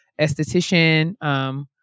esthetician